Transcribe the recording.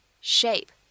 Shape